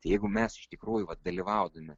jeigu mes iš tikrųjų vat dalyvaudami